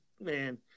man